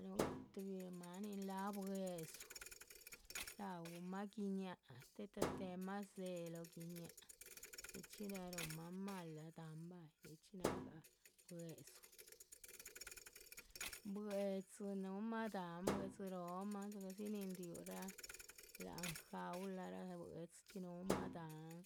Nuhugah tuhbi máanin laha buédzu, raumah guiñáac, shtéheta tehemah zee´ guiñáac, nichxi náh ruhunmah mala dahán bahyi, nichxí náhgah buédzu. bwe´dzi, núhumah dahán bwe´dzi róhomah dzigah dzi níhin riurah láhan jaula bwe´dzi chxí núhumah dahán,